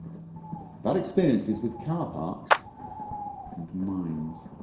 bad experiences with car parks and mines